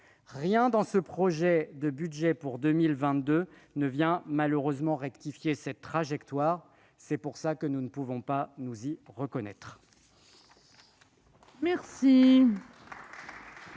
Rien dans ce projet de budget pour 2022 ne vient malheureusement rectifier cette trajectoire. Nous ne saurions donc nous y reconnaître.